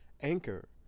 Anchor